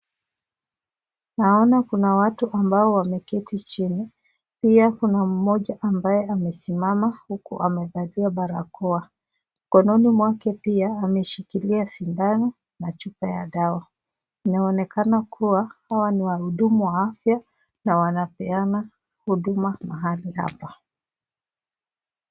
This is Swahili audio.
Naona kuna watu ambao wameketi chini pia kuna mmoja ambaye amesimama huku amevalia barakoa, mkononi mwake pia ameshikilia sindano na chupa ya dawa, inaonekana kuwa hawa ni wahudumu wa afya na wanapeana huduma mahali hapa.